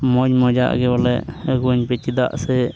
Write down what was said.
ᱢᱚᱡᱽ ᱢᱚᱡᱽ ᱟᱜ ᱜᱮ ᱵᱚᱞᱮ ᱟᱹᱜᱩᱣᱟᱹᱧ ᱯᱮ ᱪᱮᱫᱟᱜ ᱥᱮ